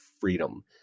freedom